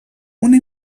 una